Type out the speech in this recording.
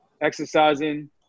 exercising